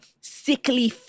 sickly